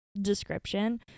description